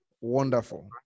Wonderful